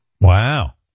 Wow